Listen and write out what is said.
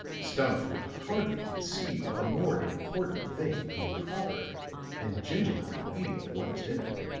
stumph could hardly conceive of a more important thing than the proper and gentlemanly eating of one's dinner.